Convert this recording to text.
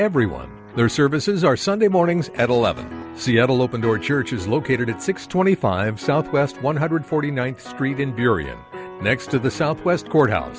everyone their services are sunday mornings at eleven seattle open door church is located at six twenty five south west one hundred forty ninth street in period next to the southwest courthouse